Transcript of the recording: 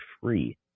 free